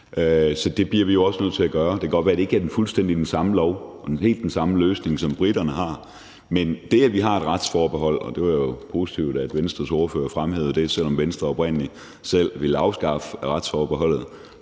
Det bliver vi jo også nødt til at gøre. Det kan godt være, at det ikke skal være fuldstændig den samme lov og helt den samme løsning, som briterne har, men så længe vi har et retsforbehold, og det var jo positivt, at Venstres ordfører fremhævede det, selv om Venstre oprindelig selv ville afskaffe retsforbeholdet